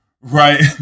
right